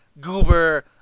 goober